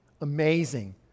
Amazing